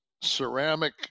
ceramic